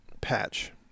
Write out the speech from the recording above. patch